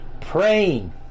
Praying